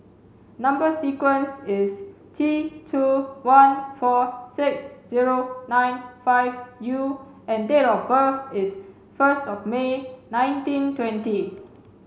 number sequence is T two one four six zero nine five U and date of birth is first of May nineteen twenty